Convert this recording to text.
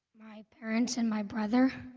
my parents and my brother